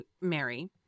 Mary